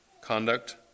conduct